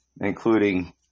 including